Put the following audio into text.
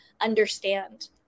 understand